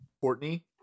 Courtney